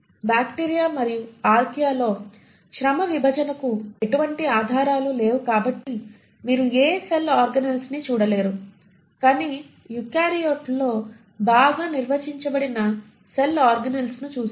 bacteria మరియు ఆర్కియాలో శ్రమ విభజనకు ఎటువంటి ఆధారాలు లేవు కాబట్టి మీరు ఏ సెల్ ఆర్గనేల్స్ ను చూడలేరు కానీ యూకారియోట్లలో బాగా నిర్వచించబడిన సెల్ ఆర్గనేల్స్ ను చూస్తారు